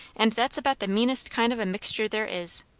and that's about the meanest kind of a mixture there is.